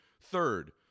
Third